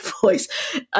voice